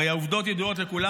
הרי העובדות ידועות לכולם.